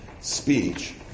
speech